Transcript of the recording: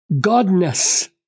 Godness